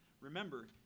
Remember